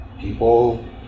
people